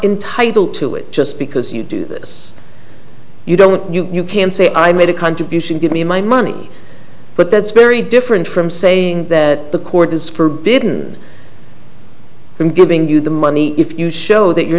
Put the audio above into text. entitled to it just because you do this you don't you can't say i made a contribution give me my money but that's very different from saying that the court is forbidden i'm giving you the money if you show that you're